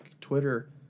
Twitter